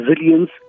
resilience